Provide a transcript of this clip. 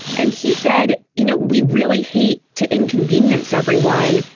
and he said, you know, we really hate to inconvenience everyone.